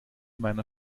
meiner